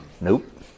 Nope